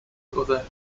other